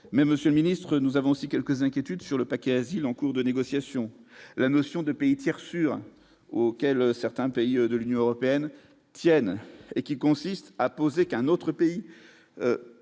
mais Monsieur le Ministre, nous avons aussi quelques inquiétudes sur le paquet asile en cours de négociation, la notion de pays tiers sûr auquel certains pays de l'Union européenne tienne et qui consiste à poser qu'un autre pays